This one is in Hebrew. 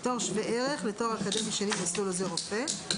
כתואר שווה ערך לתואר אקדמי שני במסלול עוזר רופא,